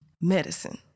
medicine